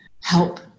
help